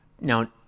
Now